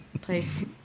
Place